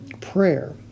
prayer